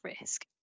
risk